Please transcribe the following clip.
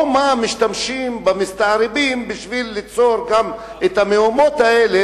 או משתמשים במסתערבים בשביל ליצור גם את המהומות האלה